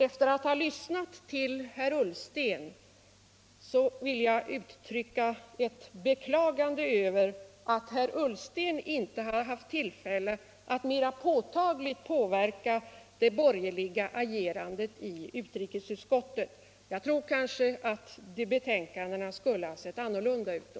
Efter att ha lyssnat till herr Ullsten vill jag uttrycka ett beklagande över att han inte har haft tillfälle att mera påtagligt påverka det borgerliga agerandet i utrikesutskottet. Jag tror att betänkandena skulle ha sett annorlunda ut då.